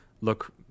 look